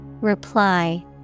Reply